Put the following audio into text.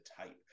type